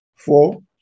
Four